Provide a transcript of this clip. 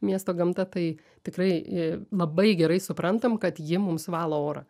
miesto gamta tai tikrai labai gerai suprantam kad ji mums valo orą